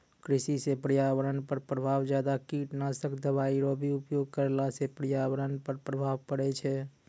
कृषि से पर्यावरण पर प्रभाव ज्यादा कीटनाशक दवाई रो भी उपयोग करला से पर्यावरण पर प्रभाव पड़ै छै